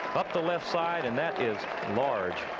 up the left side. and that is large